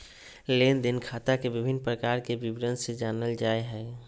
लेन देन खाता के विभिन्न प्रकार के विवरण से जानल जाय हइ